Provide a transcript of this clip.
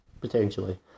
potentially